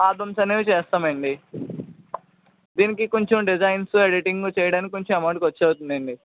albums అనేవి చేస్తామండీ దీనికి కొంచెం డిజైన్స్ ఎడిటింగ్ చేయడానికి కొంచెం ఎమౌంట్ ఖర్చవుతుందండి